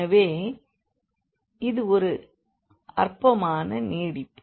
எனவே இது ஒரு அற்ப நீட்டிப்பு